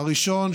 הראשון,